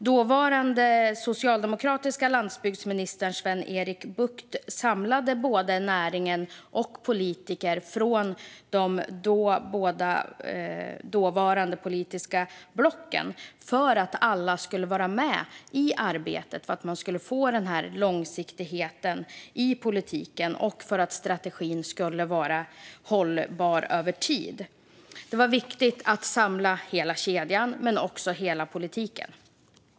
Den dåvarande socialdemokratiske landsbygdsministern Sven-Erik Bucht samlade både näringen och politiker från båda de dåvarande politiska blocken för att alla skulle vara med i arbetet, för att man skulle få långsiktighet i politiken och för att strategin skulle vara hållbar över tid. Det var viktigt att samla både hela kedjan och hela politiken.